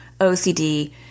OCD